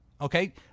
okay